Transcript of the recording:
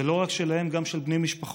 ולא רק שלהם, גם של בני משפחותיהם.